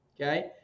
okay